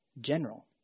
general